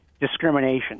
discrimination